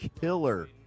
killer